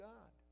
God